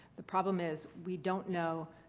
the problem is we don't know.